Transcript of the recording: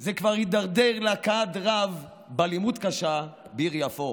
זה כבר הידרדר להכאת רב באלימות קשה בעיר יפו.